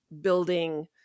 building